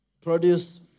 produce